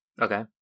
Okay